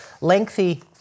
lengthy